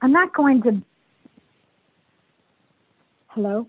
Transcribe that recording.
i'm not going to follo